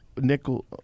Nickel